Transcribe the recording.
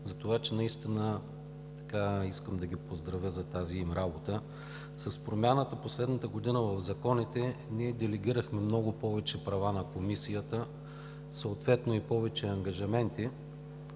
Затова наистина искам да ги поздравя за тази им работа. С промяната последната година в законите ние делегирахме много повече права на Комисията – съответно и повече ангажименти,